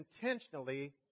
intentionally